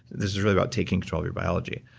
this is really about taking control of your biology.